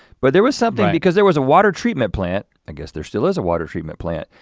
but there was something, because there was a water treatment plant, i guess there still is a water treatment plant,